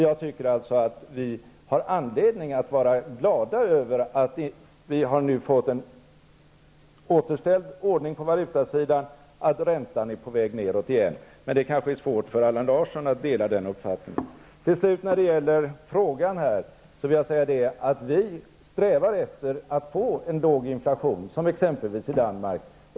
Jag tycker att vi har anledning att vara glada över att vi har fått en återställd ordning på valutasidan och att räntan är på väg nedåt igen. Men det kanske är svårt för Allan Larsson att dela den uppfattningen. Som svar på frågan vill jag säga att vi strävar efter att få en låg inflation, som exempelvis i Danmark.